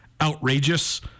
outrageous